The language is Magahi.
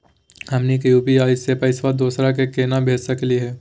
हमनी के यू.पी.आई स पैसवा दोसरा क केना भेज सकली हे?